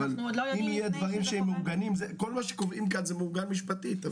אב כל מה שקובעים כאן זה מעוגן משפטית.